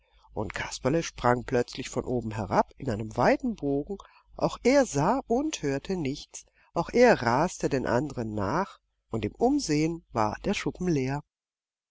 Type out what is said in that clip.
und kasperle sprang plötzlich von oben herab in einem weiten bogen auch er sah und hörte nichts auch er raste den andern nach und im umsehen war der schuppen leer